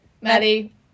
Maddie